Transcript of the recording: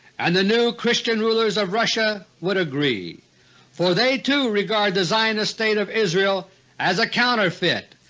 and the new christian rulers of russia would agree for they, too, regard the zionist state of israel as a counterfeit,